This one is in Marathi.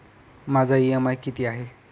माझा इ.एम.आय किती आहे?